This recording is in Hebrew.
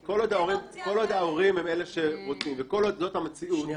כל עוד ההורים הם אלה שרוצים וכל עוד זאת המציאות,